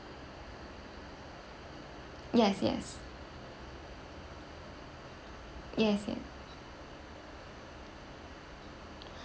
yes yes yes yes